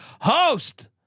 host